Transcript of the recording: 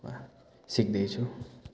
वा सिक्दैछु